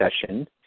session